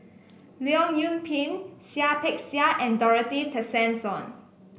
Leong Yoon Pin Seah Peck Seah and Dorothy Tessensohn